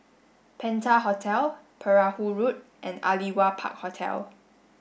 Penta Hotel Perahu Road and Aliwal Park Hotel